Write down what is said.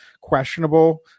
questionable